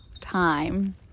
time